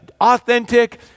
authentic